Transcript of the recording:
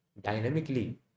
Dynamically